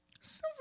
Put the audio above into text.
Silver